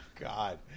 God